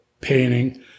painting